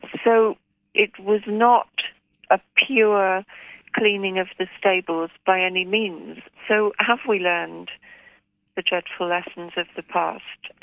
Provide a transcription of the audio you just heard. so it was not a pure cleaning of the stables, by any means. so have we learned the dreadful lessons of the past?